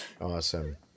Awesome